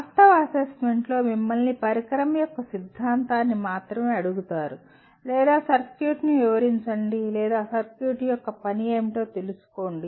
వాస్తవ అసెస్మెంట్లో మిమ్మల్ని పరికరం యొక్క సిద్ధాంతాన్ని మాత్రమే అడుగుతారు లేదా సర్క్యూట్ను వివరించండి లేదా సర్క్యూట్ యొక్క పని ఏమిటో తెలుసుకోండి